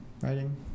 Writing